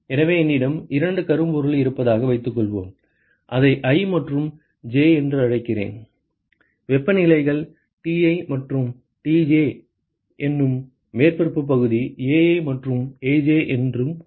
எனவே என்னிடம் இரண்டு கருப்பொருள்கள் இருப்பதாக வைத்துக்கொள்வோம் அதை i மற்றும் j என்று அழைக்கிறேன் வெப்பநிலைகள் Ti மற்றும் Tj என்றும் மேற்பரப்பு பகுதி Ai மற்றும் Aj என்றும் கூறுவோம்